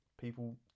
People